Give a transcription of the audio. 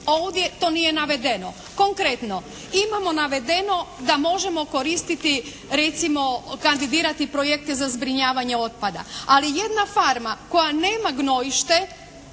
ovdje to nije navedeno. Konkretno, imamo navedeno da možemo koristiti recimo kandidirati projekte za zbrinjavanje otpada. Ali jedna farma koja nema gnojište